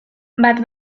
bat